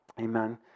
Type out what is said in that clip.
Amen